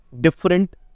different